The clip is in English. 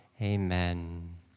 Amen